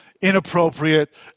inappropriate